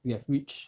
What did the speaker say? we have reached